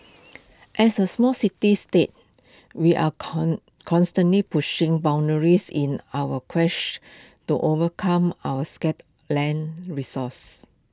as A small city state we are con constantly pushing boundaries in our to overcome our scarce land resource